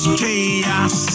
chaos